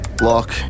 lock